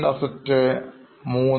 ഒന്ന് Fixed Assets